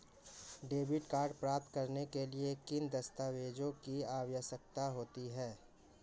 Debit card प्राप्त करने के लिए किन दस्तावेज़ों की आवश्यकता होती है?